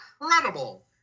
incredible